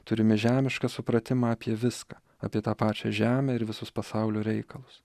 turime žemišką supratimą apie viską apie tą pačią žemę ir visus pasaulio reikalus